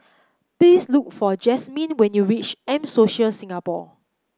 please look for Jazmyne when you reach M Social Singapore